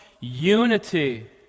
Unity